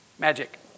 Magic